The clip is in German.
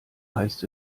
heißt